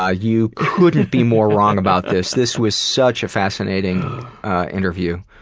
ah you couldn't be more wrong about this. this was such a fascinating interview.